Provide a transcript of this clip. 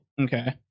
Okay